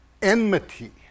Enmity